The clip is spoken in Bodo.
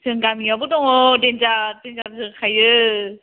जों गामिआवबो दं देन्जार देन्जार जोखायो